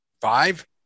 five